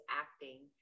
acting